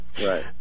Right